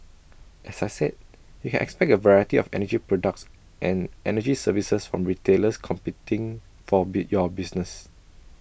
as I said you can expect A variety of energy products and energy services from retailers competing for your business